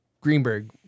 Greenberg